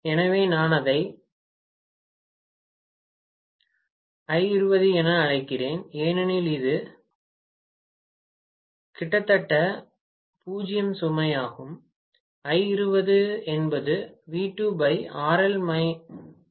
எனவே நான் அதை I20 என அழைக்கிறேன் ஏனெனில் இது கிட்டத்தட்ட 0 சுமை